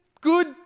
good